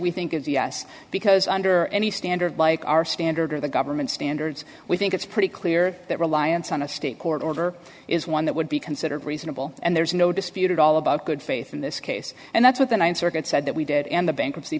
we think is yes because under any standard like our standard or the government standards we think it's pretty clear that reliance on a state court order is one that would be considered reasonable and there's no dispute at all about good faith in this case and that's what the ninth circuit said that we did and the bankruptcy